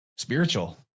spiritual